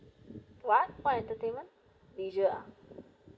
what what entertainment leisure ah